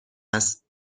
است